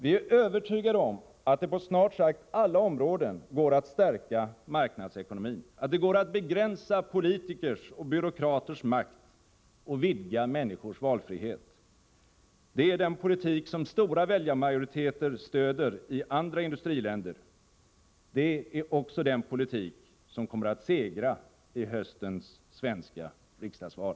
Vi är övertygade om att det på snart sagt alla områden går att stärka marknadsekonomin, att det går att begränsa politikers och byråkraters makt och att vidga människors valfrihet. Det är den politik som stora väljarmajoriteter stöder i andra industriländer. Det är också den politik som kommer att segra i höstens svenska riksdagsval.